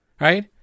Right